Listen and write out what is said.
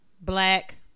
black